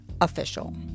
Official